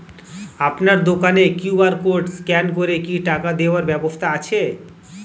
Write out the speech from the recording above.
আপনার দোকানে QR code scan করে কি টাকা দেওয়ার ব্যবস্থা আছে?